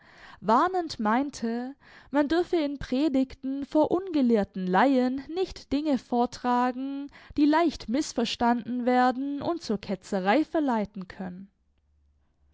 warnend meinte man dürfe in predigten vor ungelehrten laien nicht dinge vortragen die leicht mißverstanden werden und zur ketzerei verleiten können